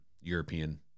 European